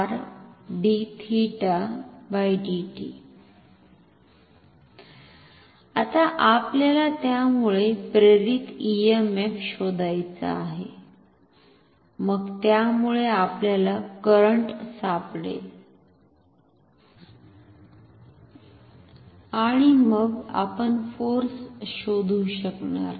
आता आपल्याला त्यामुळे प्रेरित ईएमएफ शोधायचा आहे मग त्यामुळे आपल्याला करंट सापडेल आणि मग आपण फोर्स शोधू शकणार